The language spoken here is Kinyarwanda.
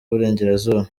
burengerazuba